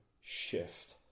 shift